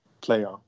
player